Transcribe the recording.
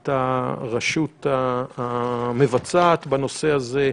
את הרשות המבצעת בנושא הזה: